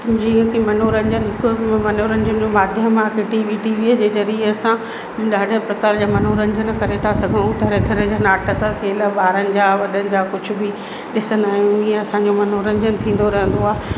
जीअं की मनोरंजन हिकु मनोरंजन जो माध्यम आहे की टीवी टीवीअ जे ज़रिए असां ॾाढा प्रकार जा मनोरंजन करे था सघूं तरह तरह जा नाटक खेल ॿारनि जा वॾनि जा कुझु बि ॾिसंदा आहियूं ईअं असांजो मनोरंजन थींदो रहंदो आहे